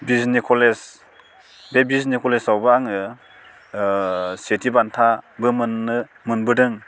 बिजनि कलेज बे बिजनि कलेजावबो आङो सेथि बान्थाबो मोन्नो मोनबोदों